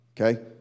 Okay